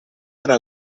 era